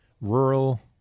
rural